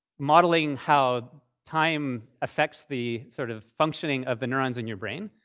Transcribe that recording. modeling how time affects the sort of functioning of the neurons in your brain.